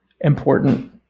important